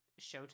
Showtime